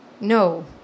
No